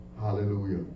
Hallelujah